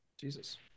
Jesus